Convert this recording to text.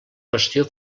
qüestió